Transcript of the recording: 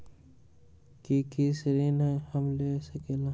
की की ऋण हम ले सकेला?